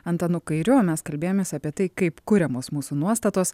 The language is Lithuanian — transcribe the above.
antanu kairiu o mes kalbėjomės apie tai kaip kuriamos mūsų nuostatos